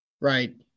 Right